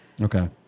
Okay